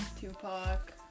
tupac